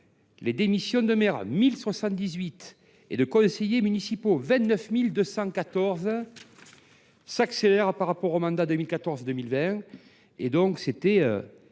les démissions de maires – 1 078 – et de conseillers municipaux – 29 214 –, s’accélèrent par rapport au mandat 2014 2020.